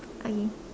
okay